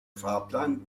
fahrplan